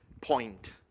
point